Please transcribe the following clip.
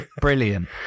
Brilliant